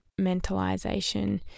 mentalization